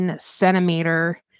centimeter